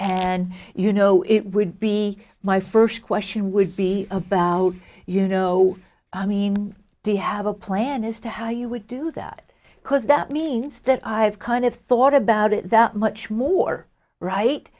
and you know it would be my first question would be about you know i mean do you have a plan as to how you would do that because that means that i've kind of thought about it that much more right